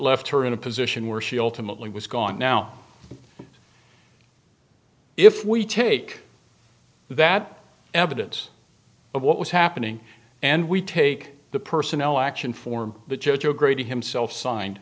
left her in a position where she ultimately was gone now if we take that evidence of what was happening and we take the personnel action form the judge agreed to himself signed